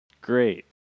Great